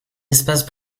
espace